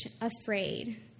afraid